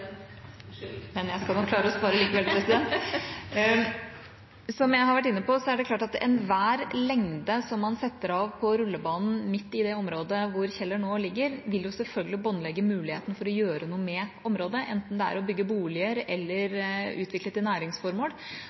unnskyld! Jeg skal nok klare å svare likevel, president! Som jeg har vært inne på, vil ethvert areal som man setter av til rullebane midt i det området hvor Kjeller ligger, selvfølgelig båndlegge muligheten til å gjøre noe med området, enten det er å bygge boliger, eller det er å utvikle til næringsformål. Det er som representanten Raja sa, at det å ha stor småflytrafikk i